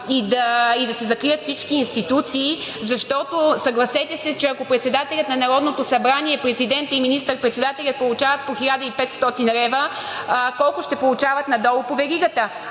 и да се закрият всички институции, защото, съгласете се, че ако председателят на Народното събрание, президентът и министър-председателят получават по 1500 лв., колко ще получават надолу по веригата.